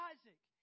Isaac